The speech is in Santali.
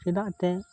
ᱪᱮᱫᱟᱜ ᱛᱮ